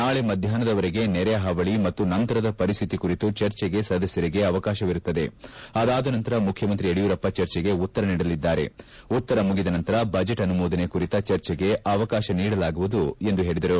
ನಾಳೆ ಮಧ್ವಾಷ್ನದವರೆಗೆ ನೆರೆ ಪಾವಳಿ ಮತ್ತು ನಂತರದ ಪರಿಸ್ಥಿತಿ ಕುರಿತು ಚರ್ಚೆಗೆ ಸದಸ್ಕರಿಗೆ ಅವಕಾಶವಿರುತ್ತದೆ ಅದಾದ ನಂತರ ಮುಖ್ಯಮಂತ್ರಿ ಯಡಿಯೂರಪ್ಪ ಚರ್ಚೆಗೆ ಉತ್ತರ ನೀಡಲಿದ್ದಾರೆ ಉತ್ತರ ಮುಗಿದ ನಂತರ ಬಜೆಟ್ ಅನುಮೋದನೆ ಕುರಿತ ಚರ್ಚೆಗೆ ಅವಕಾಶ ನೀಡಲಾಗುವುದುಎಂದು ಹೇಳದರು